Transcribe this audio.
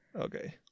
Okay